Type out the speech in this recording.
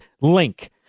link